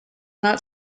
not